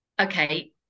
okay